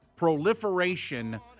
proliferation